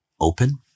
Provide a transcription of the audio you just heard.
open